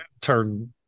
turn